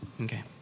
Okay